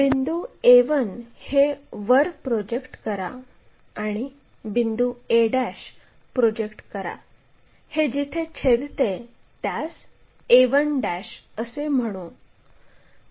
बिंदू a1 हे वर प्रोजेक्ट करा आणि बिंदू a प्रोजेक्ट करा हे जिथे छेदते त्यास a1 असे म्हणू